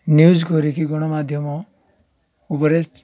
news କରିକି ଗଣମାଧ୍ୟମ ଉପରେ